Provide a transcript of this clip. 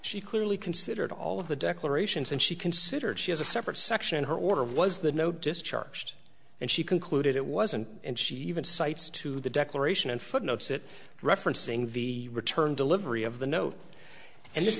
she clearly considered all of the declarations and she considered she has a separate section her order was the no discharged and she concluded it wasn't and she even cites to the declaration and footnotes that referencing the return delivery of the no and this